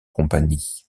compagnie